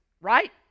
right